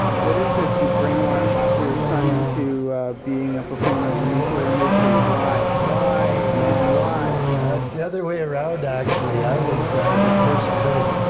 what is this, you brainwashed your son into being a proponent of the nuclear industry? why? why, man, why? no it's the other way around actually, i was the first critic.